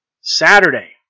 Saturday